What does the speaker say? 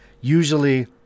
Usually